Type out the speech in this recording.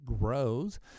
grows